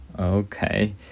Okay